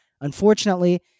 Unfortunately